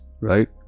right